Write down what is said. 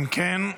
אם כן,